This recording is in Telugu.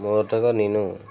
మొదటగా నేను